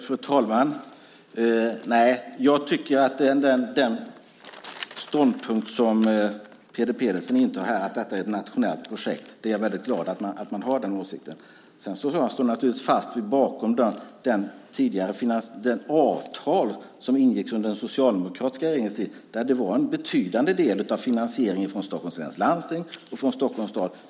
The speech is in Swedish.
Fru talman! Jag är väldigt glad att Peter Pedersen har den åsikt som han har, att detta är ett nationellt projekt. Jag står naturligtvis fast bakom det avtal som ingicks under den socialdemokratiska regeringens tid, där en betydande del av finansieringen var från Stockholms läns landsting och från Stockholms stad.